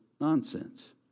Nonsense